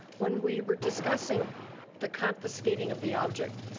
when we were discussing the confiscation of the object,